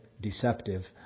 deceptive